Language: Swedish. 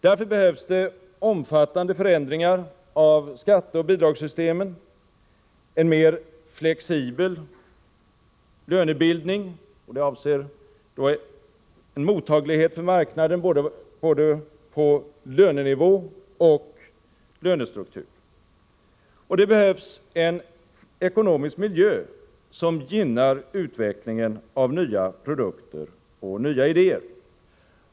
Därför krävs det omfattande förändringar av skatteoch bidragssystemen, en mer flexibel lönebildning — jag avser då en mottaglighet för signaler från marknaden beträffande både lönenivå och lönestruktur — och en ekonomisk miljö som gynnar utvecklingen av nya produkter och nya idéer.